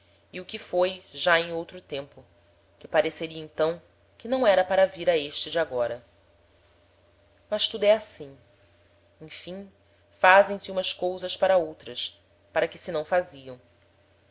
e o que foi já em outro tempo que pareceria então que não era para vir a este de agora mas tudo é assim emfim fazem-se umas cousas para outras para que se não faziam